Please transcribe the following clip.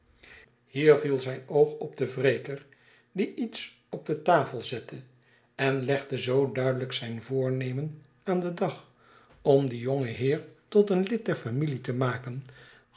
hier viel zijn oog op den wreker die iets op de tafel zette en legde zoo duidelijk zijn voornemen aan den dag om dien jongen heer tot een lid der familie te maken